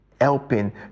helping